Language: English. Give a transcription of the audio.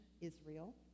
Israel